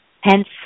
hence